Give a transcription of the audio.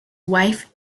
wife